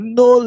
no